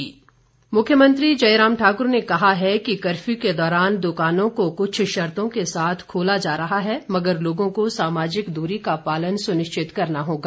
Himachal lockdown मुख्यमंत्री जयराम ने कहा है कि कर्फ्यू के दौरान दुकानों को कुछ शर्तो के साथ खोला जा रहा है मगर लोगों को सामाजिक दूरी का पालन सुनिश्चित करना होगा